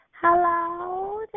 hello